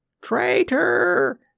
Traitor